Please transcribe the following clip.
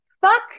fuck